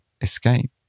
escape